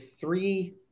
three